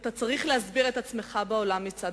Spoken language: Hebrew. ומצד אחד אתה צריך להסביר את עצמך בעולם, מצד